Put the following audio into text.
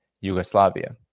Yugoslavia